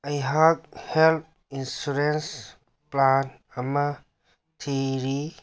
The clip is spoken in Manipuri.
ꯑꯩꯍꯥꯛ ꯍꯦꯜꯠ ꯏꯟꯁꯨꯔꯦꯟꯁ ꯄ꯭ꯂꯥꯟ ꯑꯃ ꯊꯤꯔꯤ